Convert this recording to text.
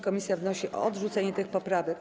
Komisja wnosi o odrzucenie tych poprawek.